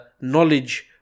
knowledge